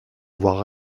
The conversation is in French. devoir